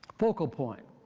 focal point